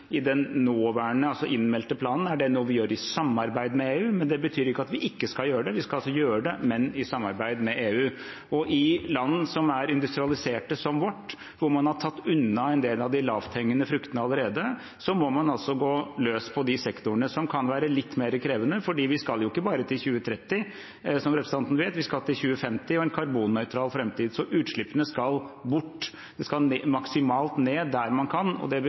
samarbeid med EU, men det betyr ikke at vi ikke skal gjøre det. Vi skal altså gjøre det, men i samarbeid med EU. I land som er industrialisert, som vårt, hvor man har tatt unna en del av de lavthengende fruktene allerede, må man altså gå løs på de sektorene som kan være litt mer krevende. Vi skal ikke bare til 2030, som representanten vet, vi skal til 2050 og en karbonnøytral framtid. Utslippene skal bort. De skal maksimalt ned der man kan, og det